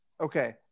Okay